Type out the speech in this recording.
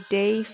day